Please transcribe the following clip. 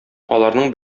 аларның